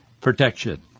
protection